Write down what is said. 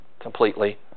completely